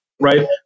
Right